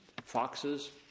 foxes